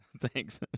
thanks